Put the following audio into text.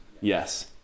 Yes